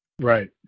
Right